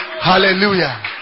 Hallelujah